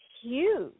huge